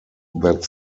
that